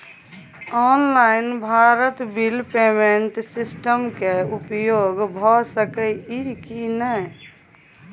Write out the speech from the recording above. Online Bharat bill payment system के उपयोग भ सके इ की नय?